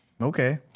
Okay